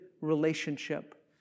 relationship